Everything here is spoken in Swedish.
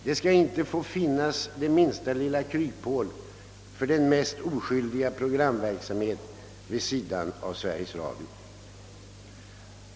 Det skall inte finnas det minsta lilla kryphål för ens den mest oskyldiga programverksamhet vid sidan om Sveriges Radio.